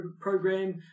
program